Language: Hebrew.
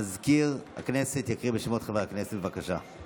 מזכיר הכנסת יקריא את שמות חברי הכנסת, בבקשה.